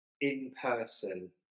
in-person